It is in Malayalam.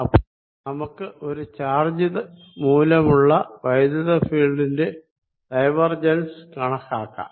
അപ്പോൾ നമുക്ക് ഒരു ചാർജ് മൂലമുള്ള ഇലക്ട്രിക്ക് ഫീൽഡിന്റെ ഡൈവർജൻസ് കണക്കാക്കാം